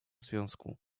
związku